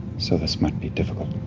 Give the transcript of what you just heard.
so this might be difficult.